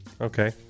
Okay